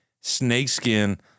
snakeskin